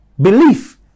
belief